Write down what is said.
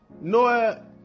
Noah